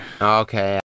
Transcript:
Okay